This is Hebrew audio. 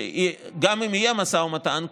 גם אם יהיה משא ומתן,